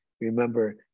Remember